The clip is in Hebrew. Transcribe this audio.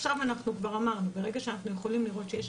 עכשיו כבר אמרנו, ברגע שאנחנו יכולים לראות שיש